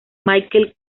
michael